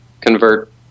convert